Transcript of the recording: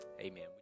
Amen